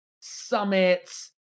summits